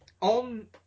on